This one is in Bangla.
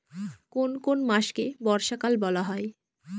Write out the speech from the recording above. কোন কোন মাসকে বর্ষাকাল বলা হয়?